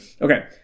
Okay